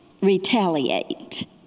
retaliate